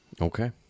Okay